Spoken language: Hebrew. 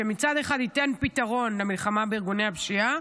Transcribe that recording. שמצד אחד ייתן פתרון למלחמה בארגוני הפשיעה,